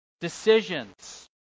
decisions